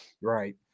Right